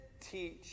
teach